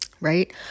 Right